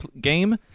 game